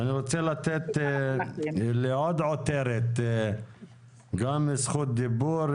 אני רוצה לתת לעוד עותרת גם זכות דיבור,